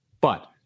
But-